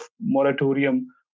moratorium